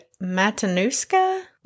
Matanuska